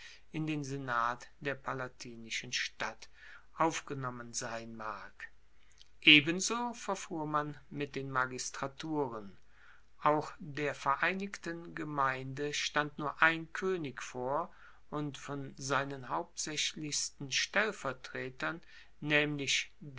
in den senat der palatinischen stadt aufgenommen sein mag ebenso verfuhr man mit den magistraturen auch der vereinigten gemeinde stand nur ein koenig vor und von seinen hauptsaechlichsten